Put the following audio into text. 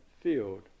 Field